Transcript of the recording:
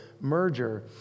merger